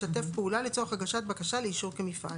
ישתף פעולה לצורך הגשת בקשה לאישור כמפעל.